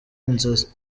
inzozi